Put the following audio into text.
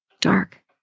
dark